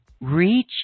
reach